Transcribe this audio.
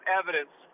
evidence